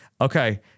Okay